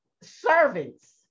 servants